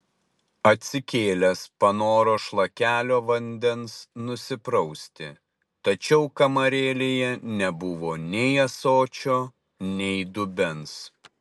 atsikėlęs panoro šlakelio vandens nusiprausti tačiau kamarėlėje nebuvo nei ąsočio nei dubens